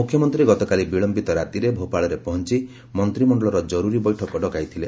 ମୁଖ୍ୟମନ୍ତ୍ରୀ ଗତକାଲି ବିଳମ୍ବିତ ରାତିରେ ଭୋପାଳରେ ପହଞ୍ଚ ମନ୍ତ୍ରିମଣ୍ଡଳର କରୁରୀ ବୈଠକ ଡକାଇଥିଲେ